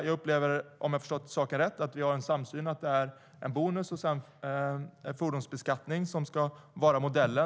Jag upplever, om jag har förstått saken rätt, att vi har en samsyn i att det är en bonus och en fordonsbeskattning som ska vara modellen.